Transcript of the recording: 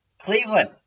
Cleveland